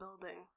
building